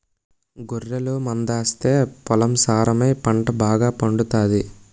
గొర్రెల మందాస్తే పొలం సారమై పంట బాగాపండుతాది